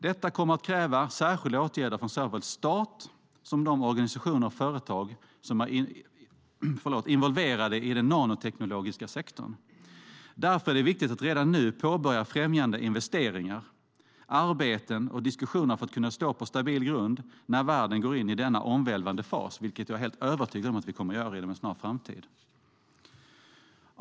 Detta kommer att kräva särskilda åtgärder från såväl stat som de organisationer och företag som är involverade i den nanoteknologiska sektorn. Därför är det viktigt att redan nu påbörja främjande investeringar, arbeten och diskussioner för att kunna stå på en stabil grund när världen går in i denna omvälvande fas - vilket jag är helt övertygad om att vi kommer att göra inom en snar framtid.